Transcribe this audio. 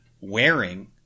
wearing